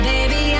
Baby